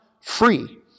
free